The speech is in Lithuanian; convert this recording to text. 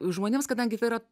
žmonėms kadangi tai yra